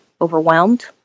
overwhelmed